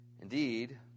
Indeed